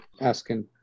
asking